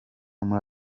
muri